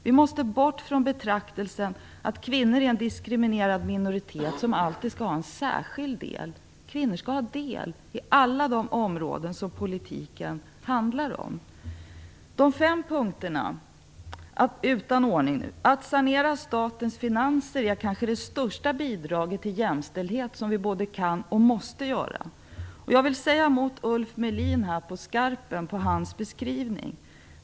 Vi måste bort från betraktelsen att kvinnor är en diskriminerad minoritet som alltid skall ha en särskild del. Kvinnor skall ha del i alla de områden som politiken handlar om. De fem punkterna, utan någon ordning, är följande: Att sanera statens finanser är kanske det största bidraget till jämställdhet som vi både kan och måste satsa på. Jag vill på skarpen säga emot Ulf Melin vad gäller hans beskrivning.